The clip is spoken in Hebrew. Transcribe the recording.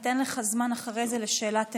דיברתי על אכיפה,